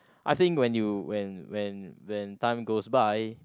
I think when you when when when time goes by